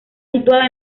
situada